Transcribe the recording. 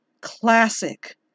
Classic